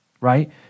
right